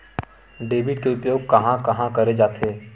Debit के उपयोग कहां कहा करे जाथे?